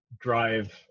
drive